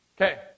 Okay